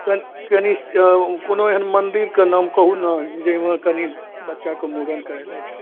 कनि कनि एहन मन्दिरके नाम कहू ने जाहिमे कनि बच्चाके मूड़न करेनाइ छलै